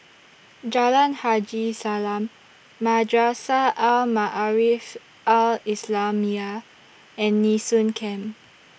Jalan Haji Salam Madrasah Al Maarif Al Islamiah and Nee Soon Camp